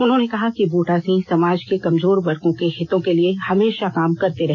उन्होंने कहा कि बूटा सिंह समाज के कमजोर वर्गों के हितों के लिए हमेशा काम करते रहे